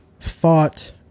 thought